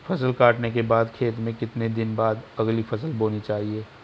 फसल काटने के बाद खेत में कितने दिन बाद अगली फसल बोनी चाहिये?